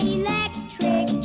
electric